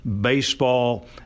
baseball